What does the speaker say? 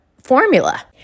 formula